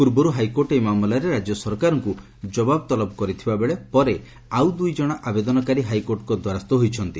ପୂର୍ବରୁ ହାଇକୋର୍ଟ ଏହି ମାମଲାରେ ରାକ୍ୟ ସରକାରଙ୍କୁ ଜବାବ ତଲବ କରିଥିବା ବେଳେ ପରେ ଆଉ ଦୁଇଜଣ ଆବେଦନକାରୀ ହାଇକୋର୍ଟଙ୍କ ଦ୍ୱାରସ୍ଥ ହୋଇଛନ୍ତି